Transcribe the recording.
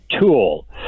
tool